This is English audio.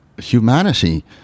humanity